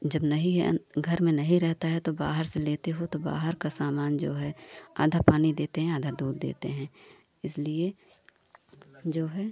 जब नहीं है घर में नहीं रहता है तो बाहर से लेते हैं तो बाहर का सामान जो है आधा पानी देते हैं आधा दूध देते हैं इसलिए जो है